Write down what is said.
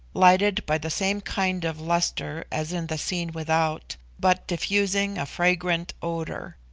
lighted by the same kind of lustre as in the scene without, but diffusing a fragrant odour.